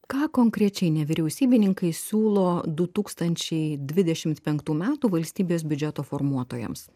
ką konkrečiai nevyriausybininkai siūlo du tūkstančiai dvidešim penktų metų valstybės biudžeto formuotojams